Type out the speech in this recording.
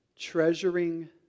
Treasuring